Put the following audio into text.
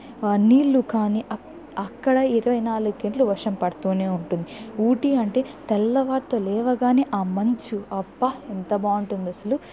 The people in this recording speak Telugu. నీళ్లు కానీ అక్కడ ఇరవై నాలుగు గంటలు వర్షం పడుతూనే ఉంటుంది ఊటి అంటే తెల్లవారితో లేవగానే ఆ మంచు అబ్బా ఎంత బాగుంటుందో అసలు